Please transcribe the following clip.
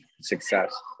success